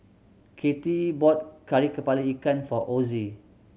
Katie bought Kari Kepala Ikan for Ossie